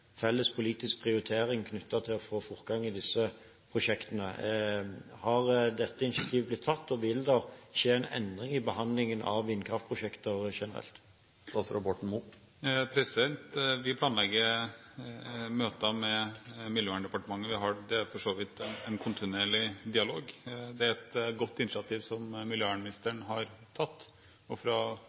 felles politisk prioritering knyttet til det å få fortgang i disse prosjektene. Har dette initiativet blitt tatt, og vil det skje en endring i behandlingen av vindkraftprosjekter generelt? Vi planlegger møter med Miljøverndepartementet, vi har for så vidt en kontinuerlig dialog. Det er et godt initiativ miljøvernministeren har tatt, og